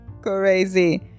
crazy